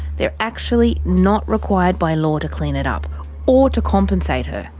they're actually not required by law to clean it up or to compensate her.